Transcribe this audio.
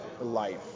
life